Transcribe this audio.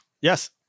yes